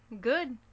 Good